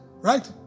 right